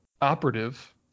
operative